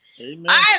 Amen